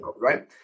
Right